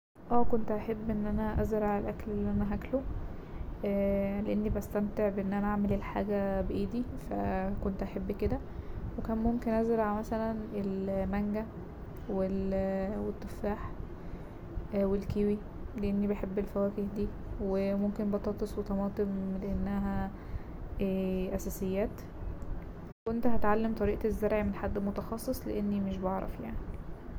اه كنت هحب ازرع الأكل اللي انا هاكله لأني بستمتع بأن انا اعمل الحاجة بأيدي فا كنت هحب كده وكان ممكن ازرع مثلا المانجا والتفاح والكيوي لأني بحب الفواكة دي وممكن بطاطس وطماطم لأنها أساسيات وكنت هتعلم طريقة الزرع من حد متخصص لأني مش بعرف يعني.